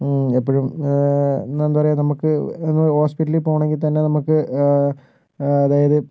എപ്പൊഴും എന്താ പറയുക നമുക്ക് ഹോസ്പിറ്റലില് പോകണമെങ്കിൽ തന്നെ നമുക്ക് അതായത്